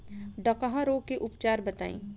डकहा रोग के उपचार बताई?